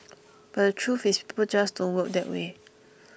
but the truth is people just don't work that way